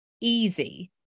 easy